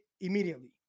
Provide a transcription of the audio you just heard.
immediately